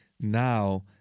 now